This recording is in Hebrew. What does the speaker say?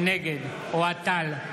נגד אוהד טל,